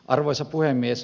arvoisa puhemies